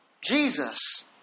Jesus